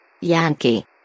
Yankee